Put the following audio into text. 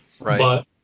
right